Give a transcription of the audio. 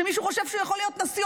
שמישהו חושב שהוא יכול להיות נשיא,